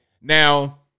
Now